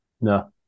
No